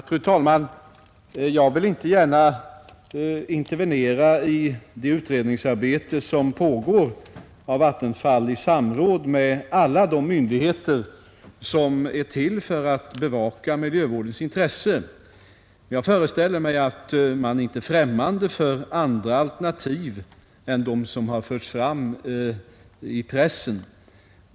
Fru talman! Jag vill inte gärna intervenera i det utredningsarbete som pågår inom Vattenfall i samråd med alla de myndigheter som är till för att bevaka miljövårdens intressen. Jag föreställer mig att man inte är främmande även för andra alternativ än dem som har förts fram i pressen.